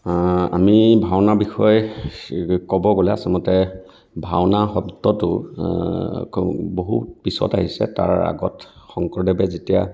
আমি ভাওনাৰ বিষয়ে ক'বলৈ গ'লে আচলতে ভাওনা শব্দটো বহুত পিছত আহিছে তাৰ আগত শংকৰদেৱে যেতিয়া